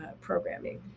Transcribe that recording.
programming